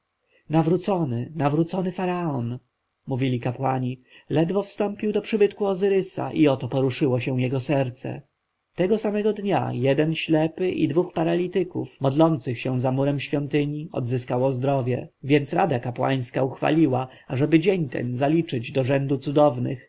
nawrócony nawrócony faraon mówili kapłani ledwie wstąpił do przybytku ozyrysa i oto poruszyło się jego serce tego samego dnia jeden ślepy i dwóch paralityków modlących się za murem świątyni odzyskało zdrowie więc rada kapłańska uchwaliła ażeby dzień ten zaliczyć do rzędu cudownych